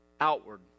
outward